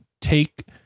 take